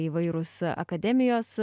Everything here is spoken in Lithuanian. įvairūs akademijos